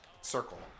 Circle